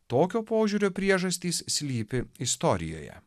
tokio požiūrio priežastys slypi istorijoje